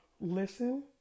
listen